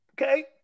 Okay